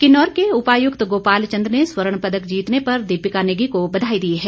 किन्नौर के उपायुक्त गोपाल चंद ने स्वर्ण पदक जीतने पर दीपिका नेगी को बघाई दी है